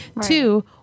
Two